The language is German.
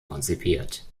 konzipiert